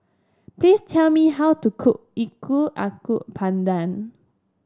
please tell me how to cook pandan